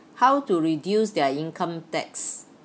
how to reduce their income tax